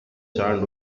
sand